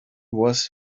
was